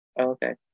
Okay